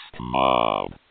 mob